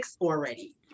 already